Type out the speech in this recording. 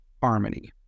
harmony